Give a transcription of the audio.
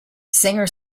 singer